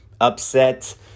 upset